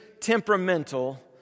temperamental